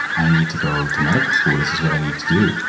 i need to go to medical school, this is what i need to do.